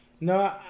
No